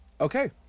Okay